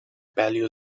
paleo